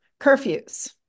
Curfews